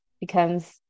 becomes